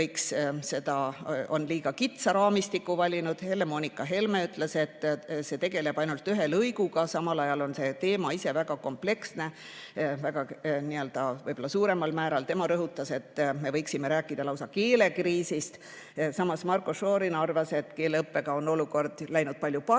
et eelnõu on liiga kitsa raamistiku valinud. Helle-Moonika Helme ütles, et see tegeleb ainult ühe lõiguga, samal ajal on see teema ise väga kompleksne. Võib-olla suuremal määral ta rõhutas, et me võiksime rääkida lausa keelekriisist. Samas arvas Marko Šorin, et keeleõppega on olukord läinud palju paremaks